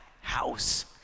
house